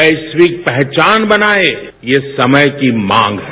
वैश्विक पहचान बनाए ये समय की मांग है